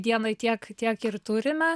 dienai tiek tiek ir turime